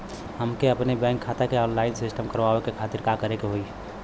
हमके अपने बैंक खाता के ऑनलाइन सिस्टम करवावे के खातिर का करे के होई?